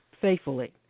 faithfully